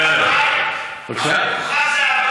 גורמים לכך שאי-אפשר, הבטוחה זו הבית.